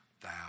thou